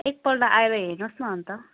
एकपल्ट आएर हेर्नुहोस न अन्त